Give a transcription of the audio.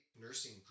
nursing